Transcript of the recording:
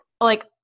Like-